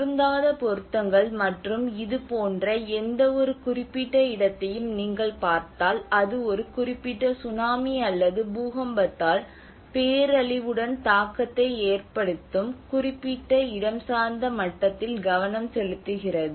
பொருந்தாத பொருத்தங்கள் மற்றும் இது போன்ற எந்தவொரு குறிப்பிட்ட இடத்தையும் நீங்கள் பார்த்தால் அது ஒரு குறிப்பிட்ட சுனாமி அல்லது பூகம்பத்தால் பேரழிவுடன் தாக்கத்தை ஏற்படுத்தும் குறிப்பிட்ட இடஞ்சார்ந்த மட்டத்தில் கவனம் செலுத்தப்படுகிறது